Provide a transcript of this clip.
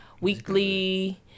weekly